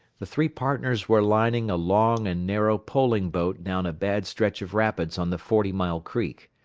the three partners were lining a long and narrow poling-boat down a bad stretch of rapids on the forty-mile creek.